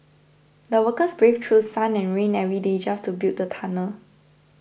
the workers braved through sun and rain every day just to build the tunnel